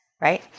right